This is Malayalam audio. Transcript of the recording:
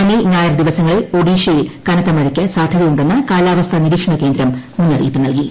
ശനി ഞായർ ദിവസങ്ങളിൽ ഒഡീഷയിൽ കനത്ത മഴയ്ക്ക് സാധ്യതയുണ്ടെന്ന് കാലാവസ്ഥ നിരീക്ഷണ കേന്ദ്രം മുന്നറിയിപ്പ് നൽകി